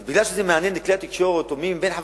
רק משום שזה מעניין את כלי התקשורת או מי מחברי